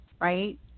Right